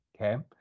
okay